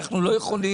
אנו לא יכולים